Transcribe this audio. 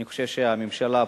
אני חושב שהממשלה פועלת,